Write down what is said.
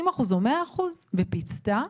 40 או 100 אחוז - בואו,